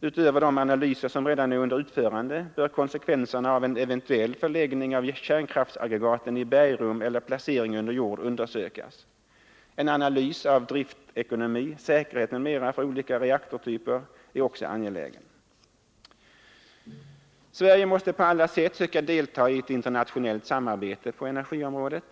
Utöver de analyser som redan är under utförande bör konsekvenserna av en eventuell förläggning av kärnkraftsaggregatet i bergrum eller placering under jord undersökas. En analys över driftekonomi, säkerhet m.m. för olika reaktortyper är också angelägen. Sverige måste på alla sätt söka delta i ett internationellt samarbete på energiområdet.